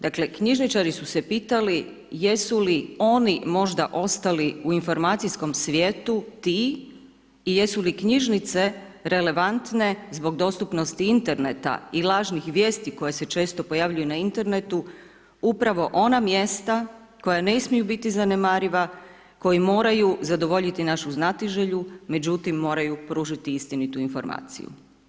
Dakle knjižničari su se pitali jesu li oni možda ostali u informacijskom svijetu ti i jesu li knjižnice relevantne zbog dostupnosti interneta i lažnih vijesti koje se često pojavljuju na internetu upravo ona mjesta koja ne smiju biti zanemariva, koja moraju zadovoljiti našu znatiželju, međutim moraju pružiti istinitu informaciju.